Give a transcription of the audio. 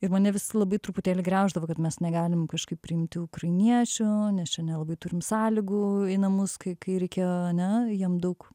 ir mane visi labai truputėlį griauždavo kad mes negalim kažkaip priimti ukrainiečių nes čia nelabai turim sąlygų į namus kai kai reikėjo ane jiem daug